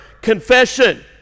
Confession